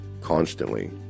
constantly